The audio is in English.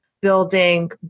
building